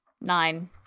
Nine